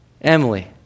Emily